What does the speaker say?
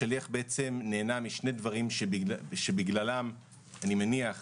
השליח נהנה משני דברים שבגללם, אני מניח